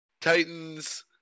Titans